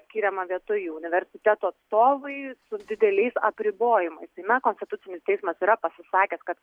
skiriama vietoj jų universitetų atstovai su dideliais apribojimais tai mes konstitucinis teismas yra pasisakęs kad